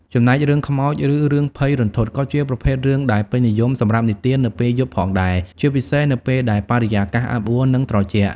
ចំណែករឿងខ្មោច ឬរឿងភ័យរន្ធត់ ក៏ជាប្រភេទរឿងដែលពេញនិយមសម្រាប់និទាននៅពេលយប់ផងដែរ ជាពិសេសនៅពេលដែលបរិយាកាសអាប់អួរ និងត្រជាក់។